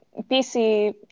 BC